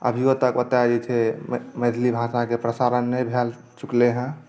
अभिओ तक ओतय जे छै मेथिली भाषाके प्रसारण नहि भए चुकलै हेँ